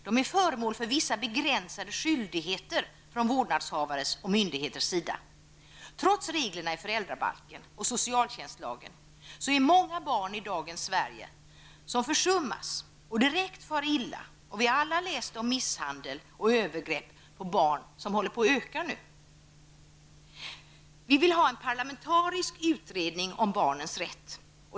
De är föremål för vissa begränsade skyldigheter från vårdnadshavares och myndigheters sida. Trots reglerna i föräldrabalken och socialtjänstlagen är det många barn i dagens Sverige som försummas och direkt far illa. Vi har alla läst om att misshandel och övergrepp på barn ökar. Vi vill ha en parlamentarisk utredning om barnens rätt.